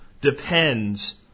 depends